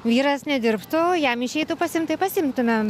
vyras nedirbtų jam išeitų pasiimt tai pasiimtumėm